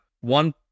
one